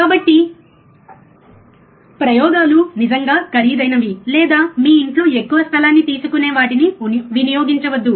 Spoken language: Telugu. కాబట్టి ప్రయోగాలు నిజంగా ఖరీదైనవి లేదా మీ ఇంటిలో ఎక్కువ స్థలాన్ని తీసుకునే వాటిని వినియోగించవద్దు